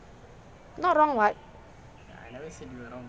not wrong [what]